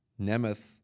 Nemeth